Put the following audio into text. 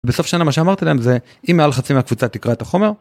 בסוף שנה מה שאמרתי להם זה אם מעל חצי מהקבוצה תקרא את החומר.